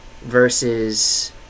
versus